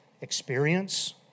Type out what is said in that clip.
experience